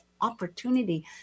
opportunity